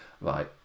right